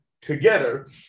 together